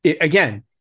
again